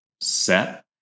set